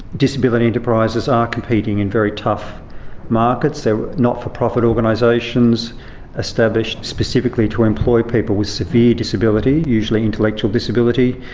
disability enterprises are competing in very tough markets, they're not-for-profit organisations established specifically to employ people with severe disability, usually intellectual disability,